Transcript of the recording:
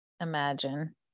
imagine